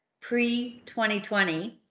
pre-2020